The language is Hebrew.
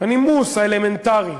הנימוס האלמנטרי,